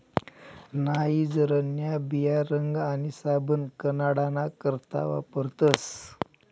नाइजरन्या बिया रंग आणि साबण बनाडाना करता वापरतस